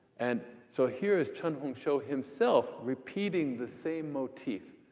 and so here is chen hongshou himself repeating the same motif.